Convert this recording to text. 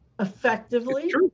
Effectively